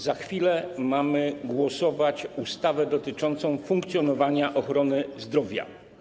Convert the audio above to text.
Za chwilę mamy głosować nad ustawą dotyczącą funkcjonowania ochrony zdrowia.